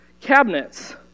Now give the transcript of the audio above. cabinets